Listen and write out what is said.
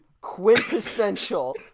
quintessential